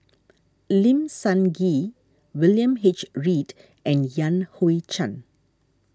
Lim Sun Gee William H Read and Yan Hui Chang